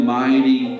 mighty